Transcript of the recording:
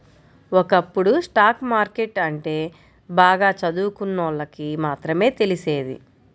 ఒకప్పుడు stock market అంటే బాగా చదువుకున్నోళ్ళకి మాత్రమే తెలిసేది